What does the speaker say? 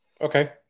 Okay